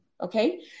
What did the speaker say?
Okay